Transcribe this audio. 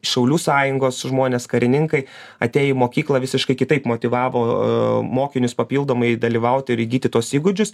šaulių sąjungos žmonės karininkai atėję į mokyklą visiškai kitaip motyvavo mokinius papildomai dalyvauti ir įgyti tuos įgūdžius